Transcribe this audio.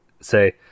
say